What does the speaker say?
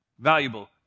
valuable